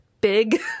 big